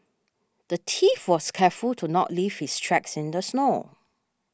the thief was careful to not leave his tracks in the snow